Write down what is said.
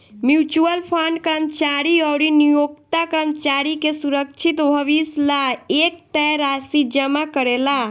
mutual fund कर्मचारी अउरी नियोक्ता कर्मचारी के सुरक्षित भविष्य ला एक तय राशि जमा करेला